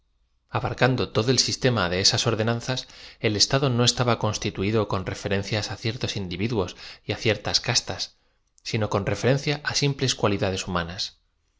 abarcando todo e l sistema de esas ordenanzas el estado no estaba constituido con referencia ciertos individuos y cier tas castas sino con referencia á simples cualidades